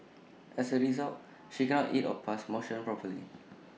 as A result she cannot eat or pass motion properly